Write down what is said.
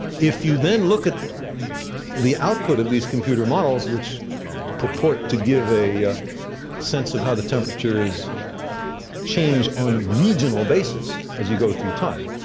if you then look at the output of these computer models, which purport to give a sense of how the temperature's changed on regional basis as you go through time,